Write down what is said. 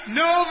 no